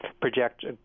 project